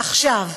עכשיו,